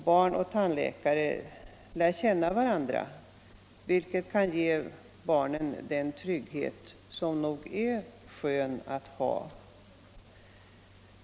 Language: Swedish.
Barn och tandläkare lär då också känna varandra, vilket kan ge barnen den trygghet som nog är skön att känna.